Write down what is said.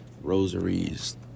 rosaries